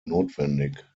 notwendig